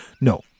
no